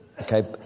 okay